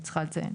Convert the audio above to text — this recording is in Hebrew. אני צריכה לציין.